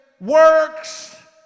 works